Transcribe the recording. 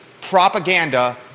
propaganda